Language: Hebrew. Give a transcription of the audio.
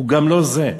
הוא גם לא זה.